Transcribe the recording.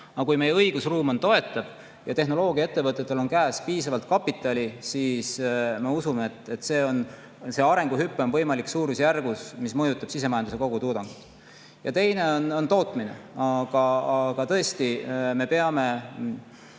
aga kui meie õigusruum on toetav ja tehnoloogiaettevõtetel on käes piisavalt kapitali, siis ma usun, et see arenguhüpe on võimalik suurusjärgus, mis mõjutab sisemajanduse kogutoodangut. Ja teine on tootmine. Aga tõesti, me peame